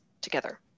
together